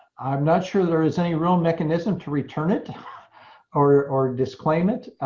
i'm not sure there is any real mechanism to return it or or disclaim it.